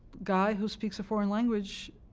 guy who speaks a foreign language